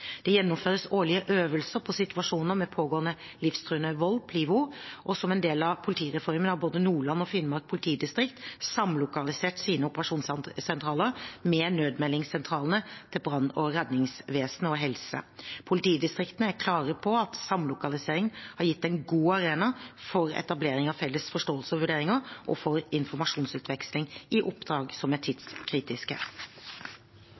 Det gjennomføres årlige øvelser på situasjoner med pågående livstruende vold, PLIVO. Som en del av politireformen har både Nordland og Finnmark politidistrikt samlokalisert sine operasjonssentraler med nødmeldingssentralene til brann- og redningsvesenet og helse. Politidistriktene er klare på at samlokaliseringen har gitt en god arena for etablering av felles forståelse og vurderinger og for informasjonsutveksling i oppdrag som er